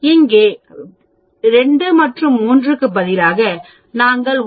இங்கே 2 மற்றும் 3 க்கு பதிலாக நாங்கள் 1